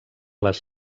les